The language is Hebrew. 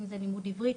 אם זה לימוד עברית,